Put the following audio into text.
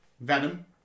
Venom